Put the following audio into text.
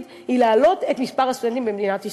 היא להעלות את מספר הסטודנטים במדינת ישראל.